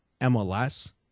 MLS